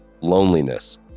Loneliness